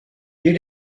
you